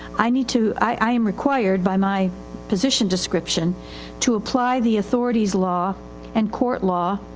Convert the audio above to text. i need to, i, i am required by my position description to apply the authorityis law and court law, ah,